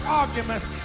arguments